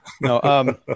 no